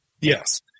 Yes